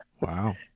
Wow